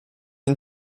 den